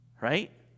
Right